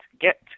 get